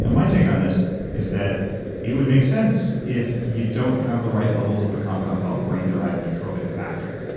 and my take on this is that it would make sense if you don't have the right levels of a compound called brain-derived neurotrophic factor.